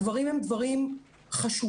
הדברים הם דברים חשובים.